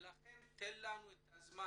לכן תן לנו את הזמן,